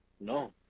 No